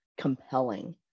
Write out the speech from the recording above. compelling